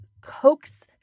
coax